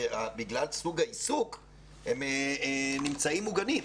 שבגלל סוג העסק, מלכתחילה שיש בהם אמצעים מוגנים.